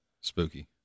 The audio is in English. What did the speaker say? Spooky